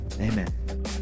amen